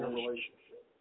relationship